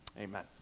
amen